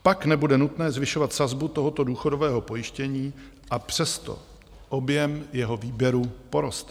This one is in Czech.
Pak nebude nutné zvyšovat sazbu tohoto důchodového pojištění, a přesto objem jeho výběru poroste.